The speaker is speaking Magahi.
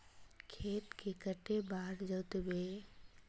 खेत के कते बार जोतबे?